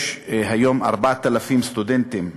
יש היום 4,000 סטודנטים ערבים,